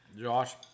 Josh